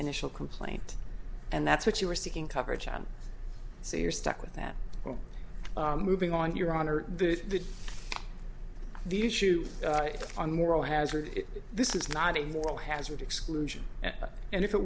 initial complaint and that's what you were seeking coverage on so you're stuck with that moving on your honor the the issue on moral hazard this is not a moral hazard exclusion and if it